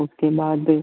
उसके बाद